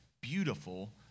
beautiful